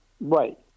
Right